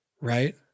Right